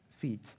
feet